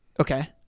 Okay